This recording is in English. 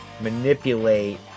manipulate